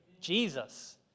Jesus